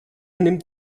nimmt